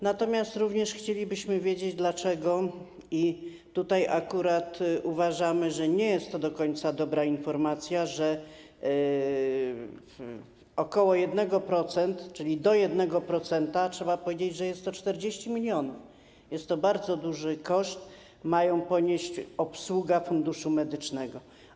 Natomiast chcielibyśmy również wiedzieć, dlaczego - i tutaj akurat uważamy, że nie jest to do końca dobra informacja, że ok. 1%, czyli do 1%, a trzeba powiedzieć, że jest to 40 mln, a więc jest to bardzo duży koszt - tak dużo ma wynieść obsługa Funduszu Medycznego.